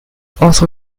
also